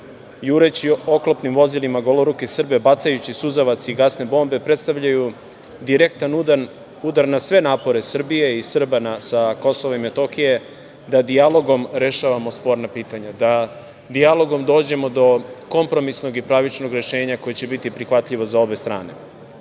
jureći oklopnim vozilima goloruke Srbe, bacajući suzavac i gasne bombe, predstavljaju direktan udar na sve napore Srbije i Srba sa KiM da dijalogom rešavamo sporna pitanja, da dijalogom dođemo do kompromisnog i pravičnog rešenja koje će biti prihvatljivo za obe strane. Juče